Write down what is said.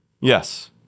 Yes